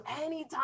anytime